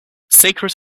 sacred